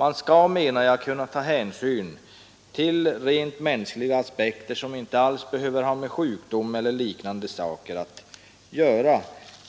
Man skall kunna ta hänsyn till rent mänskliga aspekter, som inte alls behöver ha med sjukdom eller liknande saker att göra.